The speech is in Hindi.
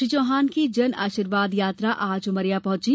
श्री चौहान की जन आशीर्वाद यात्रा आज उमरिया पहंची